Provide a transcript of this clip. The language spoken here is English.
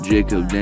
Jacob